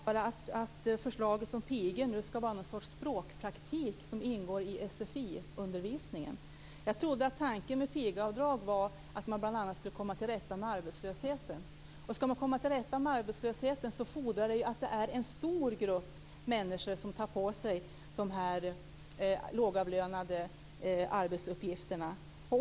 Fru talman! Det är intressant att höra att förslaget om pigor nu skall vara någon sorts språkpraktik som ingår i sfi-undervisningen. Jag trodde att tanken med pigavdrag var att man bl.a. skulle komma till rätta med arbetslösheten. Skall man komma till rätta med arbetslösheten, fordrar det att det är en stor grupp som tar på sig dessa lågavlönade arbetsuppgifter.